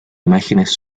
imágenes